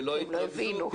ולא התרגזו,